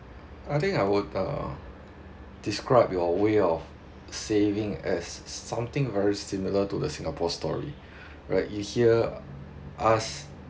I think I would uh describe your way of saving as s~ something very similar to the singapore story right you hear us